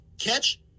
catch